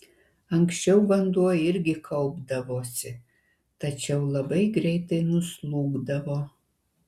anksčiau vanduo irgi kaupdavosi tačiau labai greitai nuslūgdavo